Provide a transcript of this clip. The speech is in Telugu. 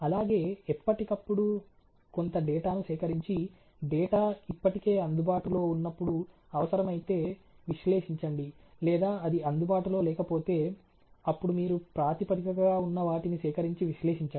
అలాగే ఎప్పటికప్పుడు కొంత డేటాను సేకరించి డేటా ఇప్పటికే అందుబాటులో ఉన్నప్పుడు అవసరమైతే విశ్లేషించండి లేదా అది అందుబాటులో లేకపోతే అప్పుడు మీరు ప్రాతిపదికగా ఉన్న వాటిని సేకరించి విశ్లేషించండి